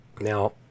Now